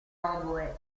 oboe